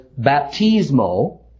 baptismo